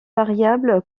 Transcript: variable